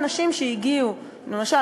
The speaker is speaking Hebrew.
למשל,